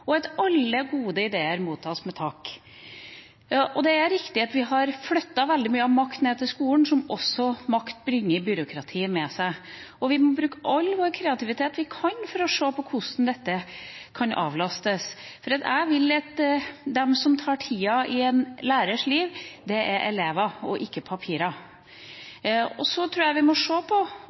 og at alle gode ideer mottas med takk. Det er riktig at vi har flyttet veldig mye makt ned til skolen, og makt bringer også byråkrati med seg. Vi må bruke all den kreativitet vi kan for å se på hvordan dette kan avlastes. Jeg vil ha det sånn at det som tar tida i en lærers liv, er elever, ikke papirer. Jeg tror også vi må se på